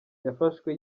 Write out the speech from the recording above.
yafashwe